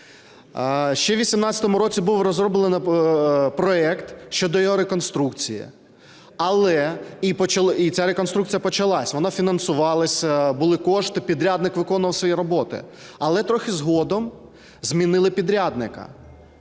Ще у 2018 році був розроблений проект щодо його реконструкції, але… І ця реконструкція почалася, вона фінансувалася, були кошти, підрядник виконував свою роботу. Але трохи згодом змінили підрядника.